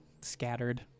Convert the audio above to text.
scattered